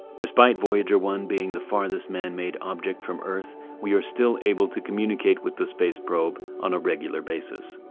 despite voyager one being the furthest man made object from earth, we are still able to communicate with the space probe on a regular basis.